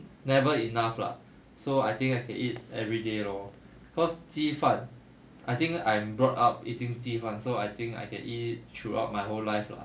never enough lah so I think I can eat everyday you know cause 鸡饭 I think I'm brought up eating 鸡饭 so I think I can eat it throughout my whole life lah